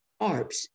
Arps